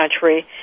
country